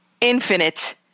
infinite